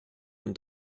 und